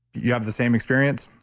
you have the same experience?